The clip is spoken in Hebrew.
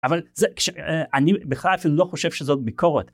אבל אני בכלל אפילו לא חושב שזאת ביקורת.